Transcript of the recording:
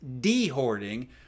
de-hoarding